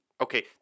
okay